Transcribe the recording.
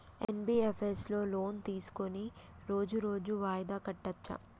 NBFS లో loan తీస్కొని రోజు రోజు వాయిదా కట్టచ్ఛా?